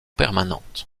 permanente